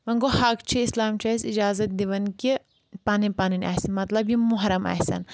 وَنٛۍ گوٚو حق چھِ اسلام چھُ اَسہِ اِجازت دِوان کہِ پَنٕنۍ پَنٕنۍ آسہِ مطلب یِم مُوٚحرَم آسؠن